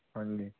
ਹਾਂਜੀ